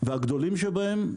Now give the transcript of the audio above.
והגדולים שבהם,